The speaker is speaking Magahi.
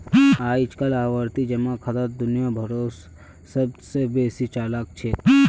अइजकाल आवर्ती जमा खाता दुनिया भरोत सब स बेसी चलाल छेक